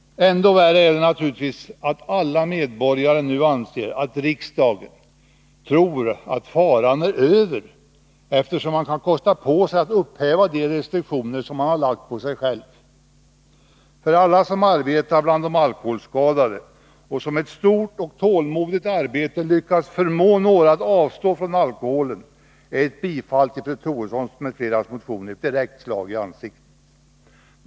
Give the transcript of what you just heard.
Ännu värre är det naturligtvis att alla medborgare nu anser att riksdagen tror att faran är över, eftersom man kan kosta på sig att upphäva de restriktioner som man har lagt på sig själv. För alla som arbetar bland de alkoholskadade och som med ett omfattande och tålmodigt arbete lyckats förmå några att avstå från alkoholen är ett bifall till fru Troedssons m.fl. motion ett direkt slag i ansiktet.